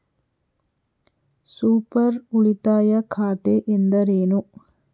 Super ಉಳಿತಾಯ ಖಾತೆ ಎಂದರೇನು?